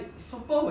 okay if